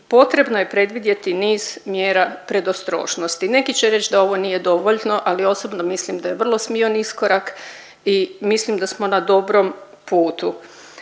potrebno je predvidjeti niz mjera predostrožnosti. Neki će reć da ovo nije dovoljno ali osobno mislim da je vrlo smion iskorak i mislim da smo na dobrom putu.